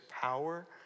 power